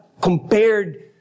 compared